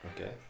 Okay